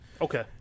Okay